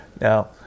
Now